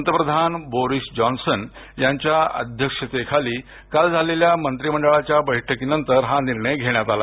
पंतप्रधान Boris Johnson यांच्या अध्यक्षतेखाली काल झालेल्या मंत्रीमंडळाच्या बैठकीनंतर हा निर्णय घेण्यात आला